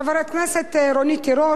חברת הכנסת רונית תירוש.